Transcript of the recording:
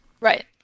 Right